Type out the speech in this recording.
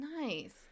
Nice